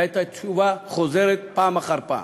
זו הייתה תשובה חוזרת, פעם אחר פעם.